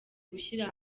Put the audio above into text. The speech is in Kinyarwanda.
gushyira